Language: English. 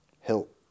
help